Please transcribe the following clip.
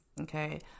okay